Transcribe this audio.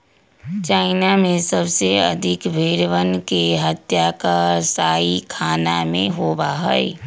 China में सबसे अधिक भेंड़वन के हत्या कसाईखाना में होबा हई